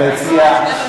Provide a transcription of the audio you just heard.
ביציאה,